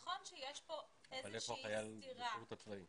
כיוון שזה נושא שאתה מריץ אותו תקרא את הדבר הזה.